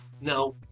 No